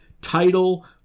title